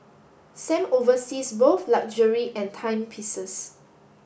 Sam oversees both luxury and timepieces